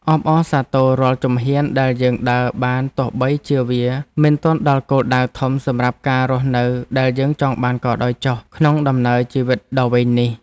អបអរសាទររាល់ជំហានដែលយើងដើរបានទោះបីជាវាមិនទាន់ដល់គោលដៅធំសម្រាប់ការរស់នៅដែលយើងចង់បានក៏ដោយចុះក្នុងដំណើរជីវិតដ៏វែងនេះ។